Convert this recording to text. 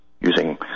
using